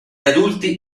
adulti